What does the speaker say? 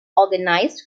organized